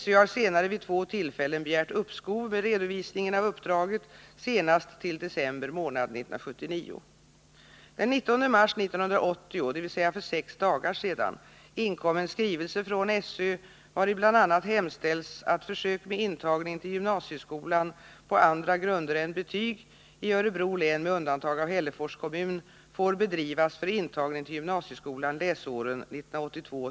SÖ har senare vid två tillfällen begärt uppskov med redovisningen av uppdraget, senast till december månad 1979. Den 19 mars 1980, dvs. för sex dagar sedan, inkom en skrivelse från sö vari bl.a. hemstäils att försök med intagning till gymnasieskolan på andra grunder än betyg i Örebro län med undantag av Hällefors kommun får bedrivas för intagning till gymnasieskolan läsåren 1982